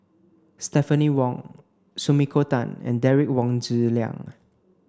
Stephanie Wong Sumiko Tan and Derek Wong Zi Liang